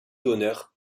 donneur